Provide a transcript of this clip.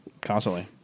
constantly